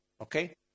Okay